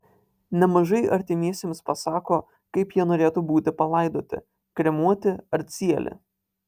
nemažai artimiesiems pasako kaip jie norėtų būti palaidoti kremuoti ar cieli